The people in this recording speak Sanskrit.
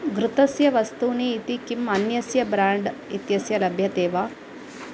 घृतस्य वस्तूनि इति किम् अन्यस्य ब्राण्ड् इत्यस्य लभ्यते वा